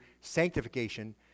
sanctification